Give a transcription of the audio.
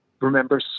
remember